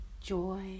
joy